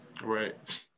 right